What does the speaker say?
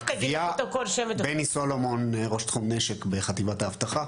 אני ראש תחום נשק בחטיבת האבטחה.